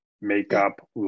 makeup